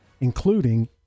including